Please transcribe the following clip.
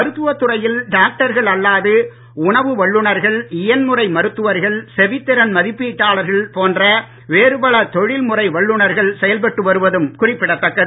மருத்துவத் துறையில் டாக்டர்கள் அல்லாது உணவு இயன்முறை மருத்துவர்கள் வல்லுனர்கள் செவித்திறன் மதிப்பீட்டாளர்கள் போன்ற வேறுபல தொழில்முறை வல்லுனர்கள் செயல்பட்டு வருவதும் குறிப்பிடத்தக்கது